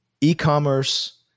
e-commerce